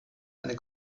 eine